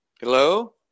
Hello